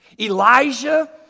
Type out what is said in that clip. Elijah